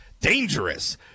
dangerous